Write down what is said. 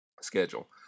schedule